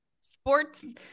sports